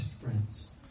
friends